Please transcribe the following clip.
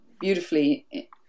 beautifully